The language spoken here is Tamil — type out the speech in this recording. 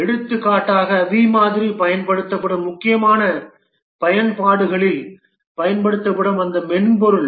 எடுத்துக்காட்டாக வி மாதிரி பயன்படுத்தப்படும் முக்கியமான பயன்பாடுகளில் பயன்படுத்தப்படும் அந்த மென்பொருள்